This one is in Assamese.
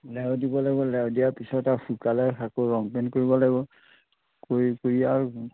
লেও দিব লাগিব লেও দিয়া পিছত আকৌ শুকালে আকৌ ৰং পেইণ্ট কৰিব লাগিব কৰি কৰি আৰু